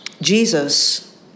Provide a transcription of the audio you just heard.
Jesus